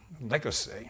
legacy